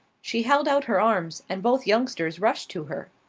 she held out her arms and both youngsters rushed to her.